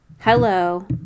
Hello